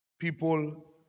people